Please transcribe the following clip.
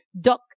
duck